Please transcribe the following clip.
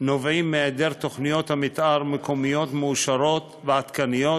נובעים מהיעדר תוכניות מתאר מקומיות מאושרות ועדכניות,